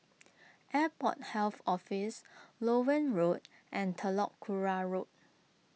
Airport Health Office Loewen Road and Telok Kurau Road